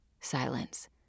Silence